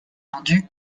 vendu